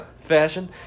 fashion